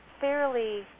fairly